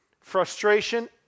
frustration